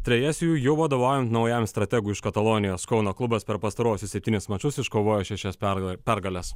trejas jų jau vadovaujant naujam strategui iš katalonijos kauno klubas per pastaruosius septynis mačus iškovojo šešias pergal pergales